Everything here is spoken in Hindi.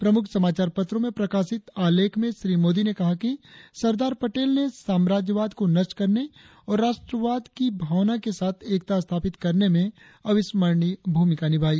प्रमुख समाचार पत्रों में प्रकाशित आलेख में श्री मोदी ने कहा कि सरदार पटेल ने साम्राज्यवाद को नष्ट करने और राष्ट्रवाद की भावना के साथ एकता स्थापित करने में अविस्मरणीय भूमिका निभाई